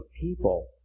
people